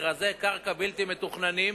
מכרזי קרקע בלתי מתוכננים